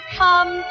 come